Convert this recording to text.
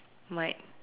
might